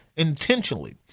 Intentionally